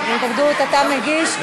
התנגדות אתה מגיש,